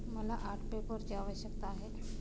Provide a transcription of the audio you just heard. मला आर्ट पेपरची आवश्यकता आहे